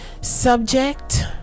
subject